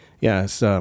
Yes